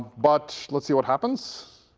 but let's see what happens.